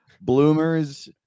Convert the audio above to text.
Bloomers